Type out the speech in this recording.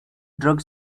drug